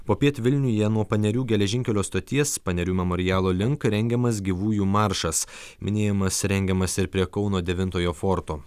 popiet vilniuje nuo panerių geležinkelio stoties panerių memorialo link rengiamas gyvųjų maršas minėjimas rengiamas ir prie kauno devintojo forto